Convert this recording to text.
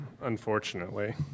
unfortunately